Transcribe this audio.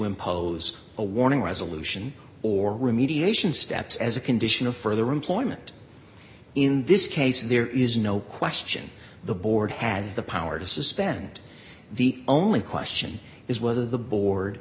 impose a warning resolution or remediation steps as a condition of further employment in this case there is no question the board has the power to suspend the only question is whether the board